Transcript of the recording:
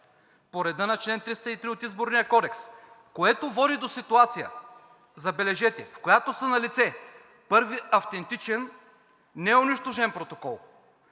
по реда на чл. 303 от Изборния кодекс, което води до ситуация – забележете, в която са налице първи автентичен, неунищожен протокол,